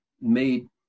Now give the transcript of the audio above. made